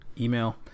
email